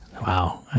Wow